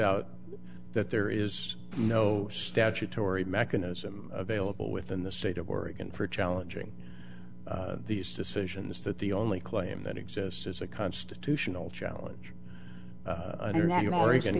out that there is no statutory mechanism available within the state of oregon for challenging these decisions that the only claim that exists is a constitutional challenge